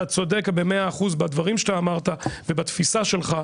אתה צודק במאה אחוז בדברים שאתה אמרת ובתפיסה שלך,